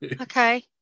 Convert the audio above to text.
Okay